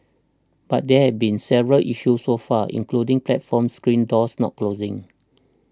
but there have been several issues so far including platform screen doors not closing